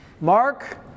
Mark